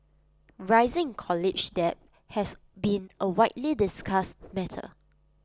rising college debt has been A widely discussed matter